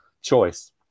choice